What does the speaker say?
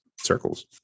circles